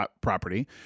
property